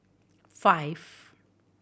five